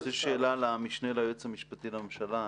שאלה למשנה ליועץ המשפטי לממשלה.